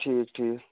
ٹھیٖک ٹھیٖک